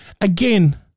again